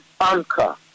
anchor